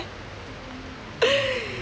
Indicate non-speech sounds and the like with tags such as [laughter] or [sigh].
[laughs]